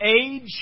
age